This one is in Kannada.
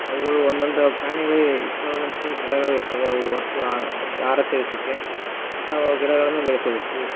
ಅವುಗಳು ಒಂದೊಂದು ಪ್ರಾಣಿಗಳಿಗೆ ಇಷ್ಟವಾದಂಥ ಗಿಡಗಳು ಇರ್ತವೆ ಅವು ವಸ್ತು ಆಹಾರ ಸೇವಿಸೋಕೆ ಅಂತಹ ಗಿಡಗಳನ್ನು ಬೆಳೆಸಬೇಕು